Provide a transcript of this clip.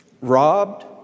robbed